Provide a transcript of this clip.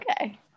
okay